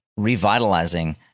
revitalizing